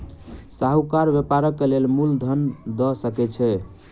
साहूकार व्यापारक लेल मूल धन दअ सकै छै